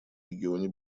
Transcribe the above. регионе